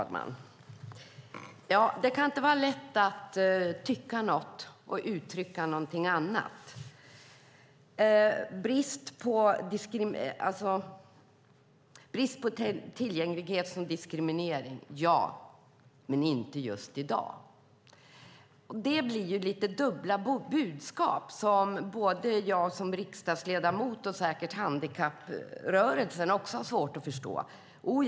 Fru talman! Det kan inte vara lätt att tycka något och uttrycka något annat. Alliansföreträdarna säger: Bristande tillgänglighet är diskriminering - ja, men inte just i dag. Det blir lite dubbla budskap som jag som riksdagsledamot och säkert också handikapprörelsen har svårt att förstå.